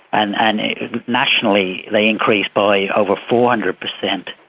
and and nationally they increased by over four hundred percent.